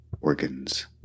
organs